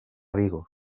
vigo